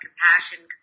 compassion